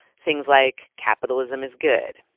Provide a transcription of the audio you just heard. things like, capitalism is good,